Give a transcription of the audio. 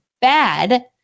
bad